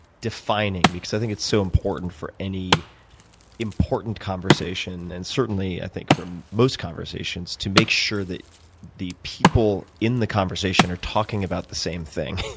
defining. because i think it's so important for any important conversation, and certainly i think for most conversations, to make sure that the people in the conversation are talking about the same thing,